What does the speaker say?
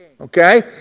Okay